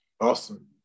Awesome